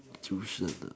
tuition ah